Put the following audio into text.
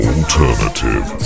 Alternative